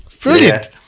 Brilliant